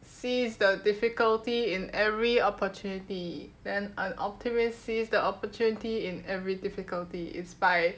sees the difficulty in every opportunity then a optimist sees the opportunity in every difficulty is by